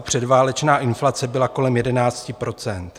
Předválečná inflace byla kolem 11 %.